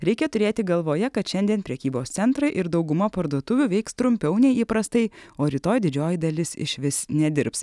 reikia turėti galvoje kad šiandien prekybos centrai ir dauguma parduotuvių veiks trumpiau nei įprastai o rytoj didžioji dalis išvis nedirbs